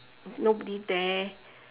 nobody there